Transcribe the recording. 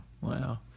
Wow